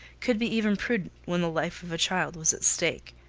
could be even prudent, when the life of a child was at stake,